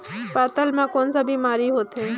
पातल म कौन का बीमारी होथे?